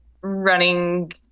running